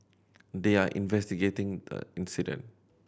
they are investigating the incident